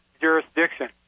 jurisdiction